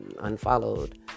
unfollowed